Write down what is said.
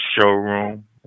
showroom